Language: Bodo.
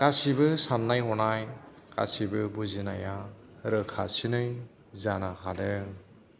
गासिबो साननाय हनाय गासिबो बुजिनाया रोखासिनै जानो हादों